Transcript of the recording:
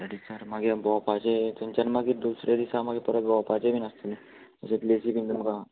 थंयसर मागीर आमी भोंवपाचे थंयच्यान मागीर दुसरे दिसा मागीर परत भोंवपाचें बी आसता न्हू तशेंच प्लेसी बीन तुमकां